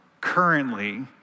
currently